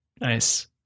nice